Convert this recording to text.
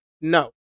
No